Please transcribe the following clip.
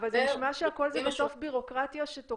כל תפקידו ברלב"ד זה לשבת ולעבור על כל